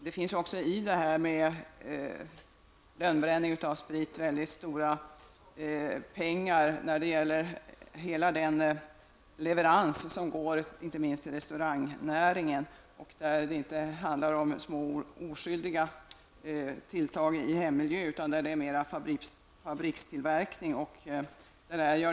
Det finns också stora pengar i lönnbränningsverksamheten på grund av de leveranser som går till restaurangnäringen. Där är det inte fråga om några oskyldiga tilltag i hemmiljö, utan där handlar det mer om fabrikstillverkning.